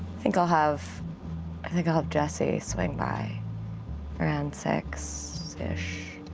think i'll have i think i'll have jesse swing by around six-ish.